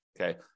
Okay